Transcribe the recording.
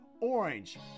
Orange